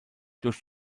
durch